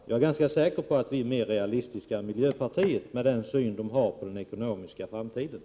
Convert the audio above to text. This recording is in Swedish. Jag är ganska säker på detta, med tanke på miljöpartiets framtidssyn på det ekonomiska området.